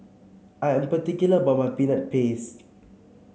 I am particular about my Peanut Paste